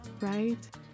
right